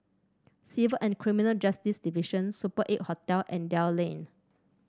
Civil and Criminal Justice Division Super Eight Hotel and Dell Lane